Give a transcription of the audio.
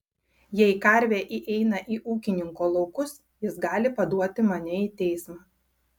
jei karvė įeina į ūkininko laukus jis gali paduoti mane į teismą